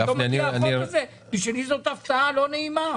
פתאום מגיע החוק הזה ועבורי זו הפתעה לא נעימה.